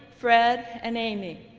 fred and amy.